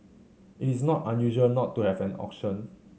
it is not unusual not to have an auction